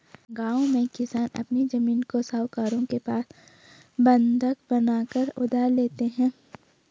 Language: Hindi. गांव में किसान अपनी जमीन को साहूकारों के पास बंधक बनाकर उधार लेते हैं